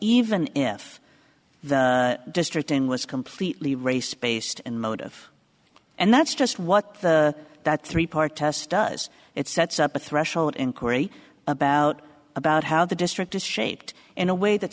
even if the district in was completely race based and motive and that's just what that three part test does it sets up a threshold inquiry about about how the district is shaped in a way that